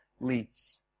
leads